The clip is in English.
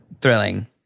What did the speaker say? Thrilling